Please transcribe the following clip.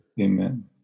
Amen